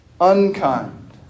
unkind